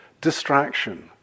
distraction